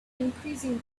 increasing